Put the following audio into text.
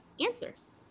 answers